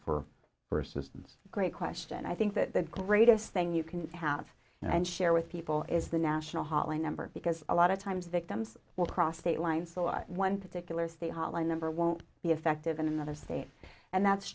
for for assistance great question i think that the greatest thing you can have and share with people is the national hotline number because a lot of times victims will cross state lines or one particular state hotline number won't be effective in another state and that's